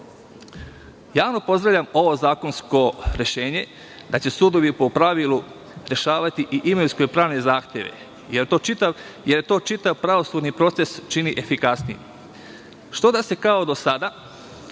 dr.Javno pozdravljam ovo zakonsko rešenje da će sudovi po pravilu rešavati i imovinsko-pravne zahteve, jer to čitav pravosudni proces čini efikasnijim. Što da se kao do sada